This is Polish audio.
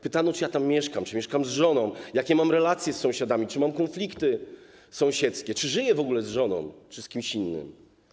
Pytano, czy ja tam mieszkam, czy mieszkam z żoną, jakie mam relacje z sąsiadami, czym mam konflikty sąsiedzkie, czy żyję w ogóle z żoną, czy z kimś innym.